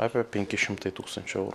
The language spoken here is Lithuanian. apie penki šimtai tūkstančių eurų